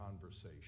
conversation